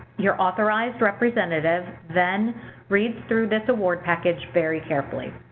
your authorized representative then reads through this award package very carefully.